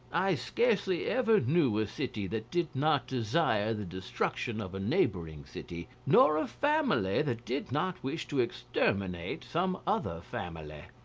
i scarcely ever knew a city that did not desire the destruction of a neighbouring city, nor a family that did not wish to exterminate some other family.